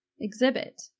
exhibit